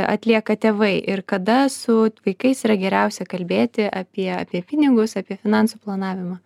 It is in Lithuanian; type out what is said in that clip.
atlieka tėvai ir kada su vaikais yra geriausia kalbėti apie apie pinigus apie finansų planavimą